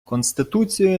конституцією